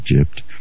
Egypt